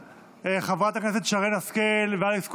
חברת הכנסת שרן השכל ואלכס קושניר,